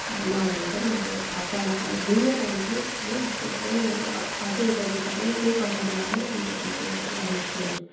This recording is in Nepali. अब नभनेको अब हप्तामा त धोइ नै रहन्छु हो त्यसै पनि मैले अझ एउटा जुत्ता पनि त्यही कम्पनीबाट नै लिएको थिएँ त्यो रनिङ सुज